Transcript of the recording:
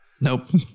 Nope